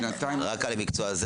רק על המקצוע הזה.